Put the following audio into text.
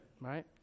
Right